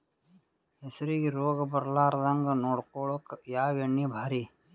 ಹೆಸರಿಗಿ ರೋಗ ಬರಲಾರದಂಗ ನೊಡಕೊಳುಕ ಯಾವ ಎಣ್ಣಿ ಭಾರಿ?